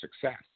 success